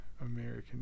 American